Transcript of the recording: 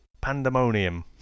Pandemonium